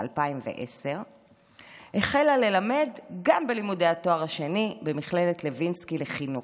ב-2010 החלה ללמד גם בלימודי התואר השני במכללת לוינסקי לחינוך.